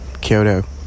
Kyoto